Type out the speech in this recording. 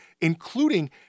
including